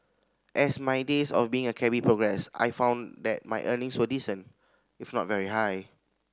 as my days of being a cabby progressed I found that my earnings were decent if not very high